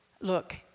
look